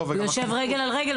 הוא יושב רגל על רגל?